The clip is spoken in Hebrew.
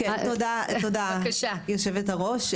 תודה היושבת-ראש,